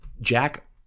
Jack